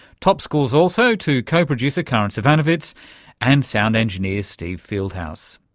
top scores also to co-producer karin zsivanovits and sound engineer steve fieldhouse.